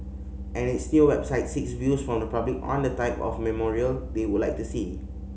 and its new website seeks views from the public on the type of memorial they would like to see